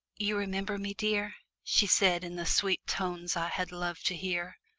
you remember me, dear? she said, in the sweet tones i had loved to hear.